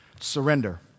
Surrender